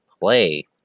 play